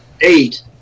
eight